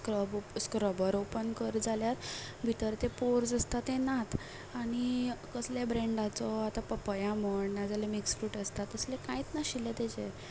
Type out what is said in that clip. scrub scrubber open कर जाल्यार भितर ते पोर्स आसता ते नात आनी कसल्या ब्रँडाचो आतां पपया म्हण नाजाल्यार मिक्स फ्रूट आसता तशें कांयच नाशिल्लें ताजेर